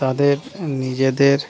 তাদের নিজেদের